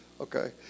Okay